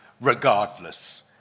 regardless